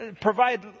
provide